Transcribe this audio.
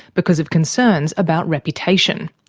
because of concerns about reputation.